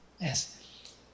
Yes